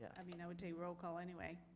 i mean i would take a roll call anyway.